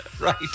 Right